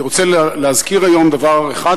אני רוצה להזכיר היום דבר אחד,